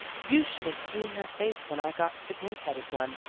you should have seen her face when i got to the pink-headed one,